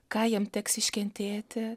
ką jam teks iškentėti